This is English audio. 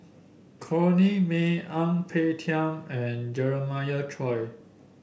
Corrinne May Ang Peng Tiam and Jeremiah Choy